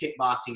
kickboxing